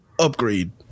upgrade